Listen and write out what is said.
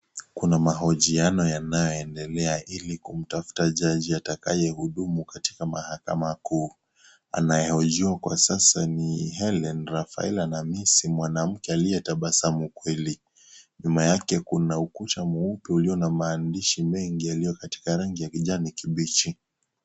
Kuna mahojiano yanayoendelea ilikumtafuta jaji atakaye hudumu katika mahakama kuu anayehojiwa kwa sasa ni Helene Rafaela Namisi mwanamke aliye tabasamu kweli nyuma yake kuna ukuta mweupe uliyo na maandishi mengi yaliyo katika yangi ya kijani kibichi.